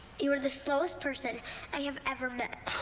you are the slowest person i have ever met.